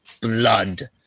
blood